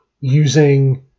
using